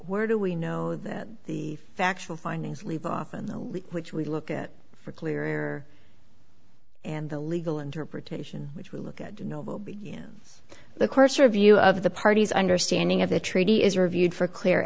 where do we know that the factual findings leave off and which we look at for clear and the legal interpretation which will look at the course or view of the parties understanding of the treaty is reviewed for clear